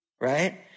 right